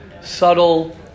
subtle